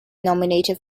nominated